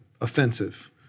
offensive